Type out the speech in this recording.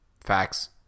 facts